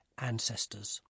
ancestors